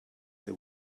they